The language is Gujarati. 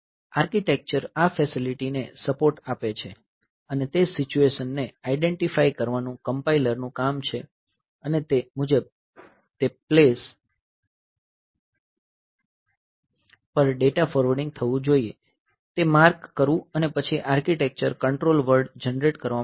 આર્કિટેક્ચર આ ફેસીલીટી ને સપોર્ટ આપે છે અને તે સિચ્યુએશનને આઈડેંટીફાય કરવાનું કમ્પાઈલર નું કામ છે અને તે મુજબ તે પ્લેસ પર ડેટા ફોરવર્ડિંગ થવું જોઈએ તે માર્ક કરવું અને પછી આર્કિટેક્ચર કંટ્રોલ વર્ડ જનરેટ કરવામાં આવશે